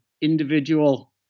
individual